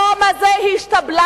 היום הזה השתבללתם.